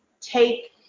take